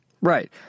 Right